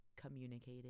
communicated